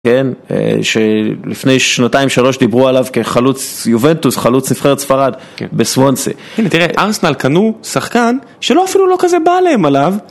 כן, שלפני שנתיים-שלוש דיברו עליו כחלוץ יובנטוס, חלוץ נבחרת ספרד, בסוונסה. הנה תראה, ארסנל קנו שחקן שלא אפילו לא כזה בא להם עליו.